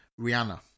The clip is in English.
Rihanna